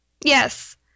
Yes